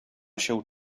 się